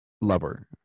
lover